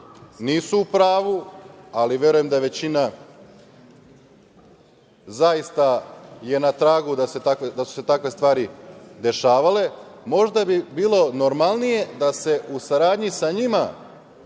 nisu u pravu, ali verujem da je većina zaista na tragu da su se takve stvari dešavale, možda bi bilo normalnije da se u saradnji sa njima